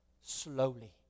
slowly